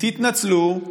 תתנצלו,